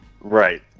Right